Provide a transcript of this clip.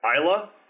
isla